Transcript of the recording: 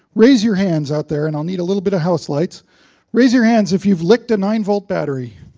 raise your hands out there and i'll need a little bit of house lights raise your hands if you've licked a nine-volt battery.